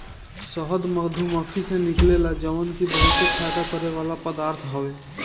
शहद मधुमक्खी से निकलेला जवन की बहुते फायदा करेवाला पदार्थ हवे